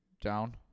Down